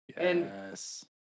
Yes